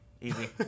Easy